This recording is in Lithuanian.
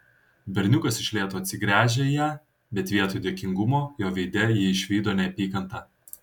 berniukas iš lėto atsigręžė į ją bet vietoj dėkingumo jo veide ji išvydo neapykantą